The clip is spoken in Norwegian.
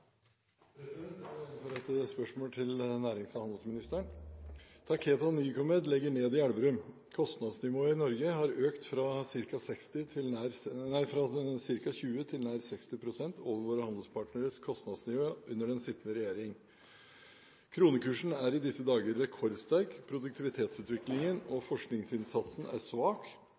ned i Elverum. Kostnadsnivået i Norge har økt fra ca. 20 til nær 60 pst. over våre handelspartneres kostnadsnivå under den sittende regjering. Kronekursen er i disse dager rekordsterk, produktivitetsutviklingen og forskningsinnsatsen er svak,